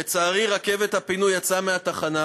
לצערי, רכבת הפינוי יצאה מהתחנה,